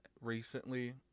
recently